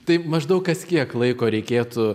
tai maždaug kas kiek laiko reikėtų